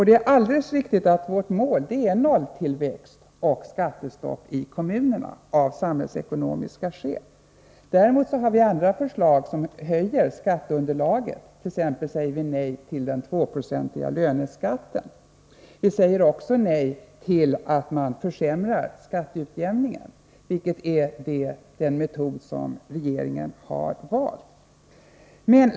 Det är också alldeles riktigt att vårt mål är nolltillväxt och skattestopp i kommunerna av samhällsekonomiska skäl. Dock har vi samtidigt förslag för att höja skatteunderlaget. Vi säger t.ex. nej till den 2-procentiga löneskatten och till att man försämrar skatteutjämningen, vilket är en av de metoder regeringen har valt.